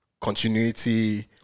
continuity